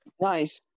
Nice